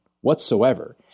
whatsoever